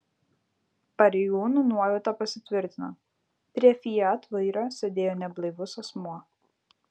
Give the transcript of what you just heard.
pareigūnų nuojauta pasitvirtino prie fiat vairo sėdėjo neblaivus asmuo